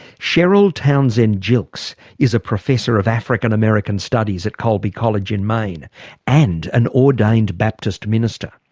cheryl townsend gilkes is a professor of african american studies at colby college in maine and an ordained baptist minister.